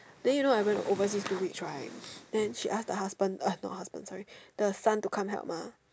then you know I went overseas two weeks right then she ask the husband uh not husband sorry the son to come help mah